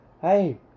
hey